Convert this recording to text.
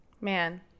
Man